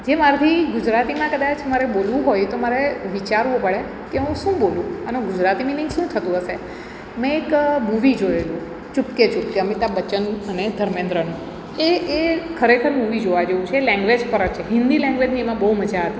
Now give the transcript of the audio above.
જે મારાથી ગુજરાતીમાં કદાચ મારે બોલવું હોય તો મારે વિચારવું પડે કે હું શું બોલું આનો ગુજરાતી મિનિંગ શું થતું હશે મેં એક મૂવી જોએલું ચુપકે ચુપકે અમિતાભ બચ્ચનનું અને ધર્મેન્દ્રનું તે એ ખરેખર મૂવી જોવા જેવું છે લેંગ્વેજ પર જ હિન્દી લેંગ્વેજની એમાં બહુ મજા આવે